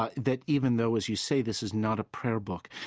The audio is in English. ah that even though, as you say, this is not a prayer book,